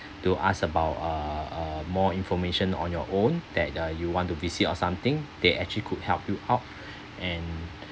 to ask about uh uh more information on your own that uh you want to visit or something they actually could help you out and